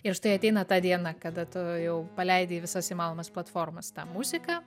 ir štai ateina ta diena kada tu jau paleidi į visas įmanomas platformas tą muziką